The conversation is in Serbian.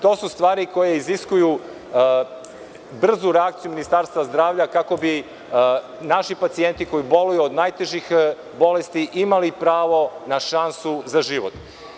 To su stvari koje iziskuju brzu reakciju Ministarstva zdravlja, kako bi naši pacijenti koji boluju od najtežih bolesti, imali pravo na šansu za život.